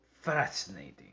Fascinating